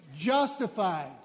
justified